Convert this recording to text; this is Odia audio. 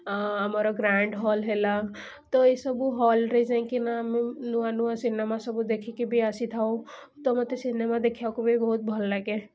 ଆମର ଗ୍ରାଣ୍ଡ୍ ହଲ୍ ହେଲା ତ ଏଇସବୁ ହଲ୍ରେ ଯାଇକିନା ମୁଁ ନୂଆ ନୂଆ ସିନେମା ସବୁ ଦେଖିକି ବି ଆସିଥାଉ ତ ମୋତେ ସିନେମା ଦେଖିବାକୁ ବି ବହୁତ ଭଲ ଲାଗେ